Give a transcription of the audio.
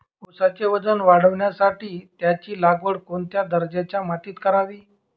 ऊसाचे वजन वाढवण्यासाठी त्याची लागवड कोणत्या दर्जाच्या मातीत करावी?